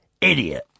Idiot